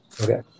Okay